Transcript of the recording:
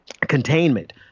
containment